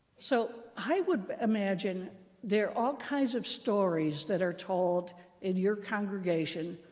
so i would imagine there are all kinds of stories that are told in your congregation,